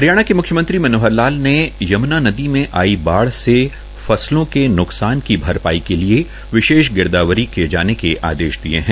हरियाणा के मुख्यमंत्री मनोहर लाल ने यम्ना नदी में आई बाढ़ से फसलों के न्कसान की भरपाई के लिए विशेष गिरदावरी किये जाने के आदेश दिये है